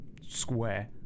square